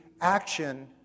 action